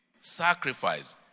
sacrifice